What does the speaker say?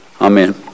Amen